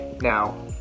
Now